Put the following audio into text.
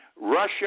Russia